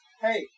Hey